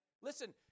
Listen